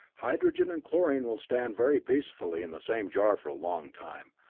hydrogen and chlorine will stand very peacefully in the same jar for a long time,